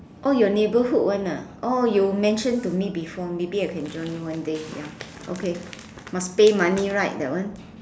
oh your neighbourhood one ah oh you mention to me before maybe I can join you one day ya okay must pay money right that one